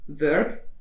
work